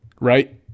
Right